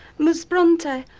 miss bronte.